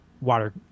water